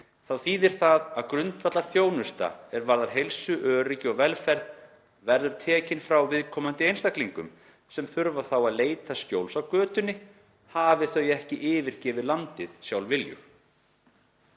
þá þýðir það að grundvallarþjónusta er varðar heilsu, öryggi og velferð verður tekin frá viðkomandi einstaklingum sem þurfa þá að leita skjóls á götunni, hafi þau ekki yfirgefið landið sjálfviljug.